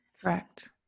Correct